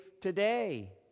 today